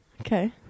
Okay